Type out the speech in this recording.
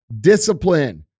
discipline